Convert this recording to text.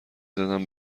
زدم